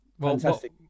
Fantastic